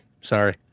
Sorry